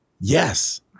Yes